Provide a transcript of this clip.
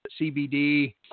CBD